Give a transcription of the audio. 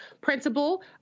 principal